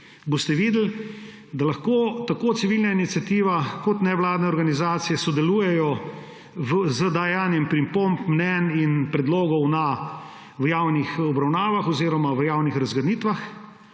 boste videli, da lahko tako Civilna iniciativa kot nevladne organizacije sodelujejo z dajanjem pripomb, mnenj in predlogov v javnih obravnavah oziroma v javnih razgrnitvah,